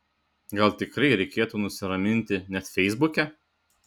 gal tikrai reikėtų nusiraminti net feisbuke